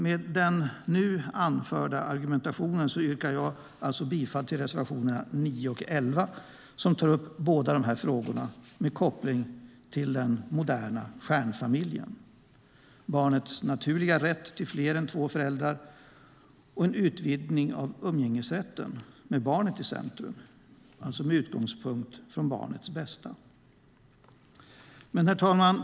Med den nu anförda argumentationen yrkar jag bifall till reservationerna 9 och 11 som tar upp båda dessa frågor med koppling till den moderna stjärnfamiljen, barnets naturliga rätt till fler än två föräldrar och en utvidgning av umgängesrätten med barnet i centrum, alltså med utgångspunkt i barnets bästa.